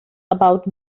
about